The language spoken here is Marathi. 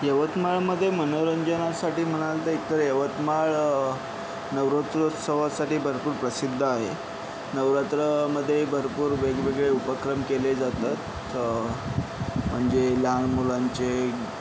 यवतमाळमध्ये मनोरंजनासाठी म्हणाल तर एक तर यवतमाळ नवरात्रौत्सवासाठी भरपूर प्रसिद्ध आहे नवरात्रामध्ये भरपूर वेगवेगळे उपक्रम केले जातात म्हणजे लहान मुलांचे